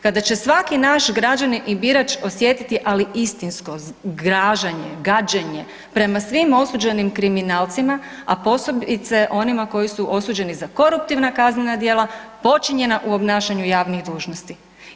Kada se svaki naš građanin i birač osjetiti ali istinsko zgražanje, gađenje prema svim osuđenim kriminalcima, a posebice onima koji su osuđeni za koruptivna kaznena djela počinjenja u obnašanju javnih dužnosti.